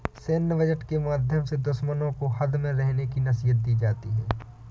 सैन्य बजट के माध्यम से दुश्मनों को हद में रहने की नसीहत दी जाती है